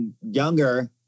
younger